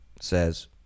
says